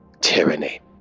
tyranny